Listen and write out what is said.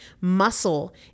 Muscle